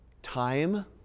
Time